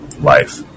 life